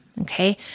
Okay